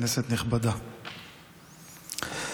כנסת נכבדה,